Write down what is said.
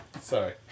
Sorry